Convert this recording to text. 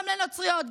גם לנוצריות,